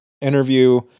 interview